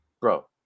bro